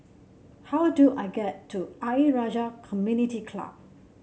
how do I get to Ayer Rajah Community Club